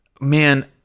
man